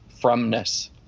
fromness